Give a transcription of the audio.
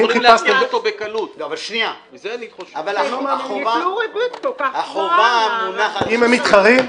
--- הם יתנו ריבית כל כך --- אם הם מתחרים?